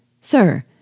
Sir